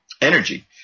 energy